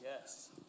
Yes